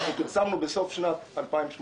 שפרסמנו בסוף שנת 2018